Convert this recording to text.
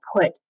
put